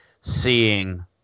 seeing